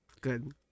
good